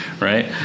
Right